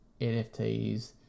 NFTs